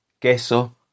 queso